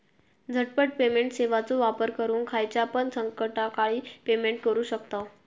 झटपट पेमेंट सेवाचो वापर करून खायच्यापण संकटकाळी पेमेंट करू शकतांव